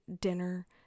dinner